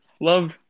Love